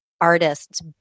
artists